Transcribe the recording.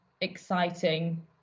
exciting